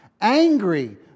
angry